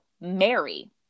mary